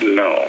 no